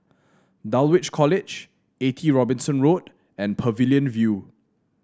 Dulwich College Eighty Robinson Road and Pavilion View